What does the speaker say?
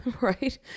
Right